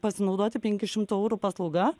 pasinaudoti penki šimtų eurų paslauga